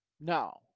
No